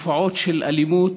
תופעות של אלימות.